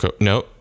No